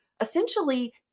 essentially